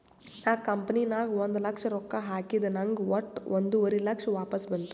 ನಾ ಕಂಪನಿ ನಾಗ್ ಒಂದ್ ಲಕ್ಷ ರೊಕ್ಕಾ ಹಾಕಿದ ನಂಗ್ ವಟ್ಟ ಒಂದುವರಿ ಲಕ್ಷ ವಾಪಸ್ ಬಂತು